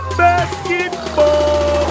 basketball